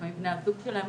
לפעמים בני הזוג שלהם,